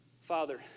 Father